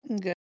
Good